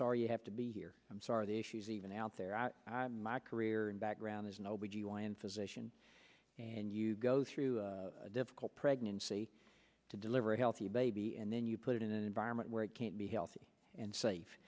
sorry you have to be here i'm sorry the issues even out there my career and background as an o b g y n physician and you go through a difficult pregnancy to deliver a healthy baby and then you put it in an environment where it can't be healthy and safe